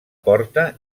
porta